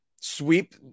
sweep